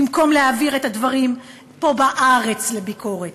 במקום להעביר את הדברים פה בארץ לביקורת